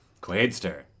Quaidster